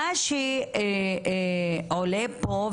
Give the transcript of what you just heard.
מה שעולה פה,